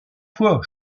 fois